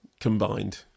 combined